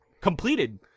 completed